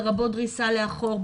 לרבות נסיעה לאחור,